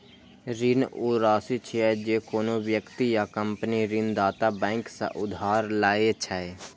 ऋण ऊ राशि छियै, जे कोनो व्यक्ति या कंपनी ऋणदाता बैंक सं उधार लए छै